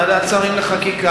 ועדת השרים לחקיקה,